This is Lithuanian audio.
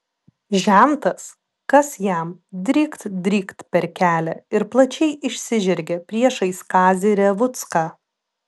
žentas kas jam drykt drykt per kelią ir plačiai išsižergė priešais kazį revucką